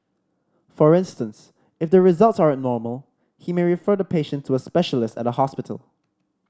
for instance if the results are abnormal he may refer the patient to a specialist at a hospital